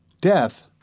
Death